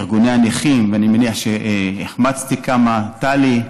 ארגוני הנכים, ואני מניח שהחמצתי כמה, טלי,